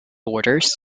orders